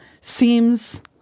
seems